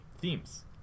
themes